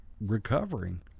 recovering